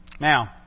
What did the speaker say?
Now